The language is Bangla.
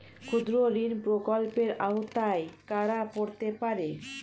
ক্ষুদ্রঋণ প্রকল্পের আওতায় কারা পড়তে পারে?